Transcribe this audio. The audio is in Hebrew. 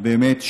באמת,